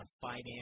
finance